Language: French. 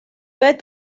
battre